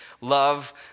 love